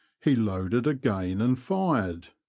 he loaded again and fired.